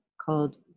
called